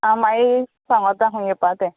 आनी मागीर सांगोता खूंय येवपाचें तें